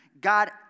God